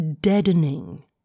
deadening